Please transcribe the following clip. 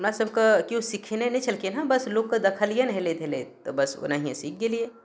हमरा सबकऽ केओ सीखयने नहि छलखिन हँ बस लोककऽ देखलिअनि हेलैत हेलैत तऽ बस ओनाहिये सीख गेलियै